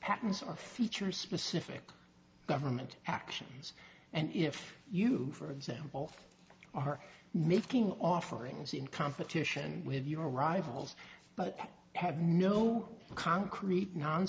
are features specific government actions and if you for example are making offerings in competition with your rivals but have no concrete non